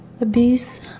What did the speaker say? abuse